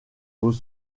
vos